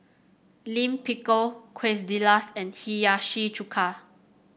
Lime Pickle Quesadillas and Hiyashi Chuka